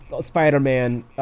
Spider-Man